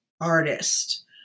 artist